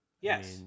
yes